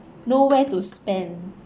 nowhere to spend